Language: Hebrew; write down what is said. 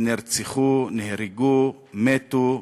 נהרגו, מתו,